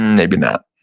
maybe not.